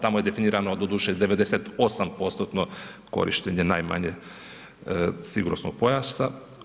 Tamo je definirano, doduše 98%-tno korištenje, najmanje, sigurnosnog pojasa.